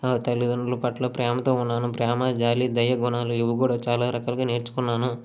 తల్లిదండ్రుల పట్ల ప్రేమతో ఉన్నాను ప్రేమ జాలి దయ గుణాలు ఇవి కూడా చాలా రకాలుగా నేర్చుకున్నాను